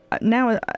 now